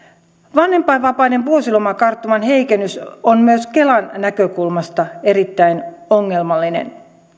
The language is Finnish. vanhempainvapaan vuosilomakarttuman heikennys on myös kelan näkökulmasta erittäin ongelmallinen